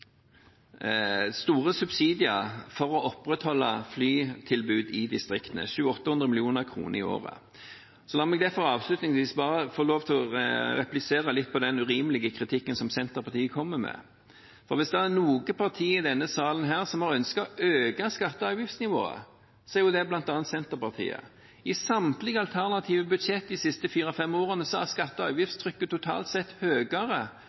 store subsidier for å opprettholde flytilbudet i distriktene, 700–800 mill. kr i året. La meg derfor avslutningsvis få lov til å replisere litt til den urimelige kritikken som Senterpartiet kommer med, for er det noe parti i denne salen som har ønsket å øke skatte- og avgiftsnivået, så er det bl.a. Senterpartiet. I samtlige alternative budsjetter de siste fire–fem årene er skatte- og avgiftstrykket totalt sett